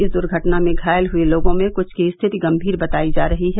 इस दुर्घटना में घायल हुए लोगों में कुछ की स्थिति गंभीर बतायी जा रही है